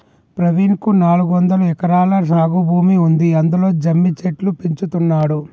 ప్రవీణ్ కు నాలుగొందలు ఎకరాల సాగు భూమి ఉంది అందులో జమ్మి చెట్లు పెంచుతున్నాడు